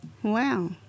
Wow